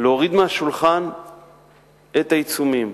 להוריד מהשולחן את העיצומים,